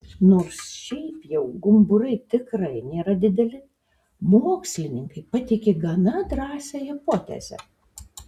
nors šiaip jau gumburai tikrai nėra dideli mokslininkai pateikė gana drąsią hipotezę